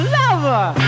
lover